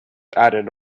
added